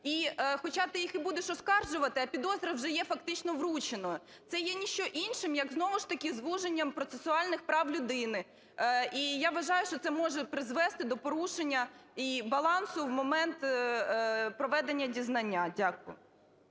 І хоча ти їх і будеш оскаржувати, а підозра вже є фактично врученою, це є ніщо іншим як, знову ж таки, звуженням процесуальних прав людини. І я вважаю, що це може призвести до порушення і балансу в момент проведення дізнання. Дякую.